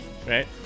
Right